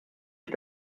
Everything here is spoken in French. est